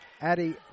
Addie